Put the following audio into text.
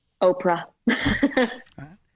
Oprah